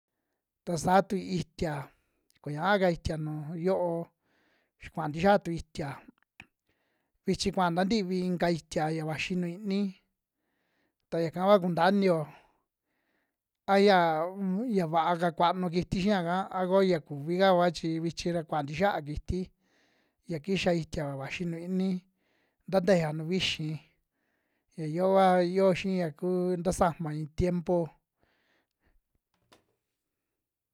Ta saa tu itiya kuñaa ta itiya nuju yo'o ya kua ntixia u itiya, vichi kua ntativi inka itiya ya vaxi nuu iini ta yaka kua kuuta iniyo a ya un ya vaa ka kuanu kiti xiia'ka a ko ya kuvika kua chi vichi ra kuaa ntixiaa kiti ya kixa itia vaxi nuu iini nta tejea nuju vixi ya yoo vua yoo xii ya kuu tasama iin tiempo.